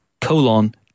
colon